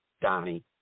Donnie